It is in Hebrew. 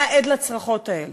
היה עד לצרחות האלה.